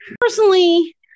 Personally